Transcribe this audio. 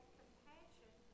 compassion